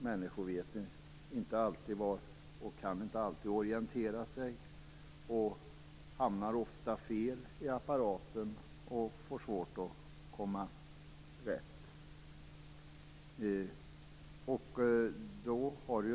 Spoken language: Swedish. Människor vet inte alltid vart de skall vända sig, och kan inte alltid orientera sig. De hamnar ofta fel i apparaten, och får svårt att komma rätt.